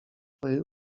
twojej